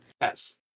Yes